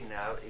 now